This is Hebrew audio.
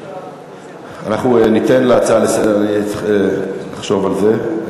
אנחנו נחשוב על זה.